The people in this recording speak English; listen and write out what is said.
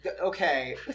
Okay